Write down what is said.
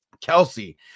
Kelsey